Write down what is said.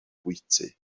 bwyty